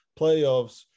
playoffs